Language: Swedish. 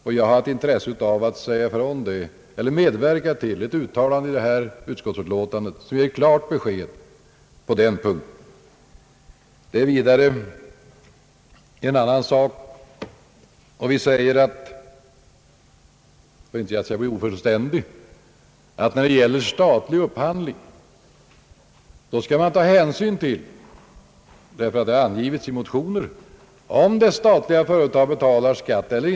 Jag har haft ett intresse av att medverka till ett uttalande i detta utskottsbetänkande som ger klart besked på den punkten. För att min framställning inte skall bli ofullständig vill jag vidare säga, att när det gäller statlig upphandling skall man ta hänsyn till om det statliga företaget betalar omsättningsskatt eller inte — detta spörsmål har också berörts i motioner.